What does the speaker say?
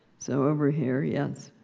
so, over here. yes?